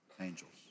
angels